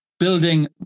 building